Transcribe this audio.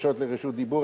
בקשות לרשות דיבור.